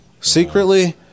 Secretly